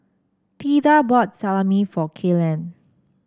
Theda bought Salami for Kaylen